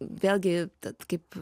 vėlgi tad kaip